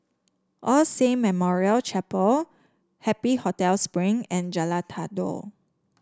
All Saint Memorial Chapel Happy Hotel Spring and Jalan Datoh